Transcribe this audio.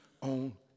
on